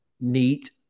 neat